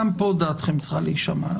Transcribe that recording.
גם פה דעתכם צריכה להישמע,